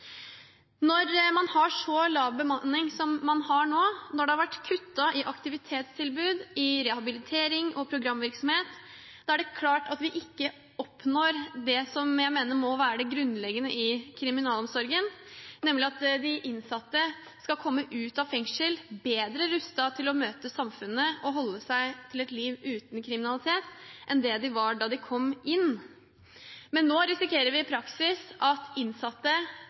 Når man har så lav bemanning som man har nå, når det har vært kuttet i aktivitetstilbud, i rehabilitering og programvirksomhet, er det klart at vi ikke oppnår det jeg mener må være det grunnleggende i kriminalomsorgen, nemlig at de innsatte skal komme ut av fengsel bedre rustet til å møte samfunnet og holde seg til et liv uten kriminalitet enn de var da de kom inn. Nå risikerer vi i praksis at innsatte